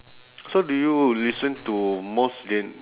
so do you listen to most gen~